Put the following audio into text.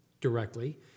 directly